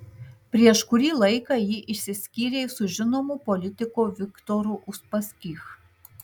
prieš kurį laiką ji išsiskyrė su žinomu politiku viktoru uspaskich